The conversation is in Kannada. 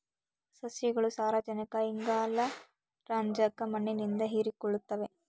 ಸಸ್ಯಗಳು ಸಾರಜನಕ ಇಂಗಾಲ ರಂಜಕ ಮಣ್ಣಿನಿಂದ ಹೀರಿಕೊಳ್ಳುತ್ತವೆ